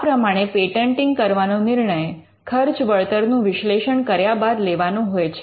આ પ્રમાણે પેટન્ટિંગ કરવાનો નિર્ણય ખર્ચ વળતરનું વિશ્લેષણ કર્યા બાદ લેવાનો હોય છે